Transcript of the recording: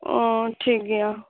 ᱚᱻ ᱴᱷᱤᱠ ᱜᱮᱭᱟ